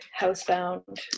housebound